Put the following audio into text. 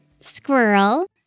Squirrel